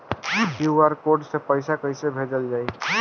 QR code से पईसा कईसे भेजब बताई?